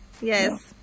Yes